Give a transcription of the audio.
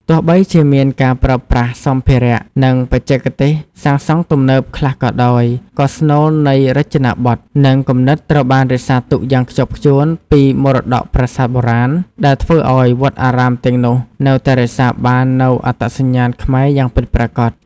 ទោះបីជាមានការប្រើប្រាស់សម្ភារៈ និងបច្ចេកទេសសាងសង់ទំនើបខ្លះក៏ដោយ ក៏ស្នូលនៃរចនាប័ទ្ម និងគំនិតត្រូវបានរក្សាទុកយ៉ាងខ្ជាប់ខ្ជួនពីមរតកប្រាសាទបុរាណ ដែលធ្វើឲ្យវត្តអារាមទាំងនោះនៅតែរក្សាបាននូវអត្តសញ្ញាណខ្មែរយ៉ាងពិតប្រាកដ។